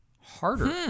harder